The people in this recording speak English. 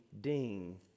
ding